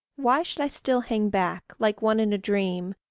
why should i still hang back, like one in a dream,